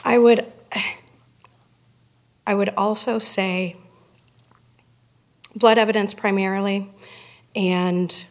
i would i would also say blood evidence primarily and